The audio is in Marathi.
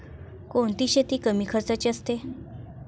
कोणती शेती कमी खर्चाची असते?